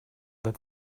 that